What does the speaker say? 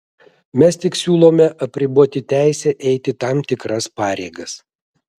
mes tik siūlome apriboti teisę eiti tam tikras pareigas